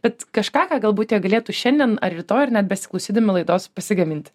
bet kažką ką galbūt jie galėtų šiandien ar rytoj ar net besiklausydami laidos pasigaminti